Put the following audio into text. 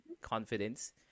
confidence